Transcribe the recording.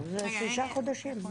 לא, זה שישה חודשים.